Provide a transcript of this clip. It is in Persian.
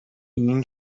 این